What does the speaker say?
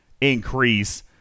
increase